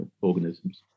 organisms